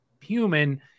human